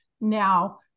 now